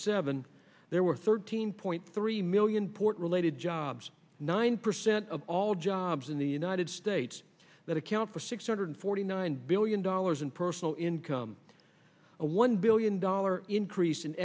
seven there were thirteen point three million port related jobs nine percent of all jobs in the united states that account for six hundred forty nine billion dollars in personal income a one billion dollar increase in